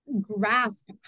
grasp